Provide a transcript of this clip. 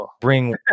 bring